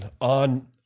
On